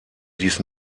dies